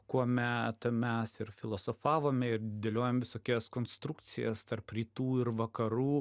kuomet mes ir filosofavome dėliojom visokias konstrukcijas tarp rytų ir vakarų